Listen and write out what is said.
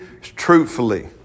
truthfully